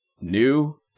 new